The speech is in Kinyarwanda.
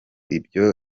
ibyo